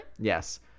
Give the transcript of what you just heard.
Yes